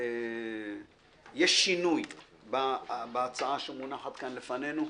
יש שינוי בהצעה שמונחת כאן לפנינו.